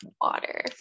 water